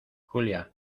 julia